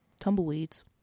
Tumbleweeds